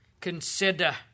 consider